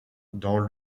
dans